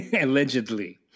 allegedly